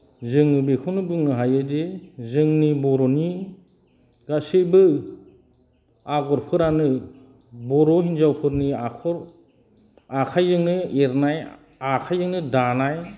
जोङो बेखौनो बुंनो हायो दि जोंनि बर'नि गासैबो आगरफोरानो बर' हिनजावफोरनि आखायाव आखाइजोंनो एरनाय आखाइजोंनो दानाय